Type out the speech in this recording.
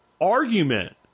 argument